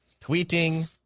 tweeting